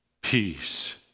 peace